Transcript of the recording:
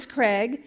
Craig